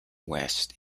west